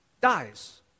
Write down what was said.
dies